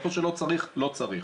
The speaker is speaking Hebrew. איפה שלא צריך לא צריך.